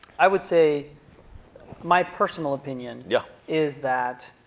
i would say my personal opinion yeah is that